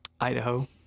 idaho